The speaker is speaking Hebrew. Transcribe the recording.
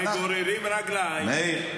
וגוררים רגליים.